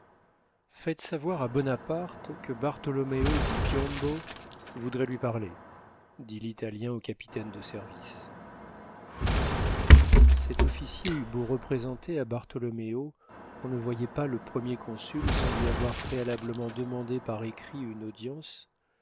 faites savoir à bonaparte que bartholoméo di piombo voudrait lui parler dit l'italien au capitaine de service cet officier eut beau représenter à bartholoméo qu'on ne voyait pas le premier consul sans lui avoir préalablement demandé par écrit une audience